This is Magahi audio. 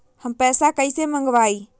हम पैसा कईसे मंगवाई?